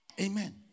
Amen